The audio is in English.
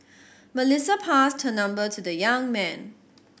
Melissa passed her number to the young man